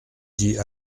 dit